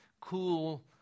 cool